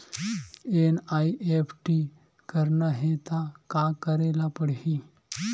NEFT करना हे त का करे ल पड़हि?